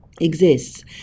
exists